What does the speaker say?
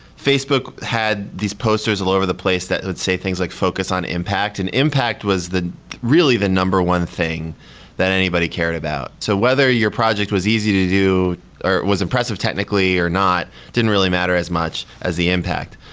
facebook had these posters all over the place that would say things like focus on impact, and impact was really the number one thing that anybody cared about. so whether your project was easy to do or was impressive technically or not, didn't really matter as much as the impact.